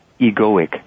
egoic